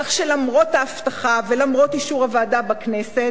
כך שלמרות ההבטחה ולמרות אישור הוועדה בכנסת